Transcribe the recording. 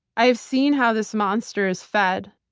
i have seen how this monster is fed.